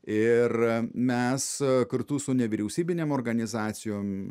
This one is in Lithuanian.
ir mes kartu su nevyriausybinėm organizacijom